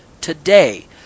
today